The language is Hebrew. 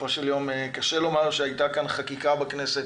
בסופו של יום קשה לומר שהייתה כאן חקיקה בכנסת,